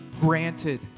granted